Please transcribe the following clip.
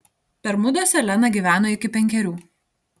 bermuduose lena gyveno iki penkerių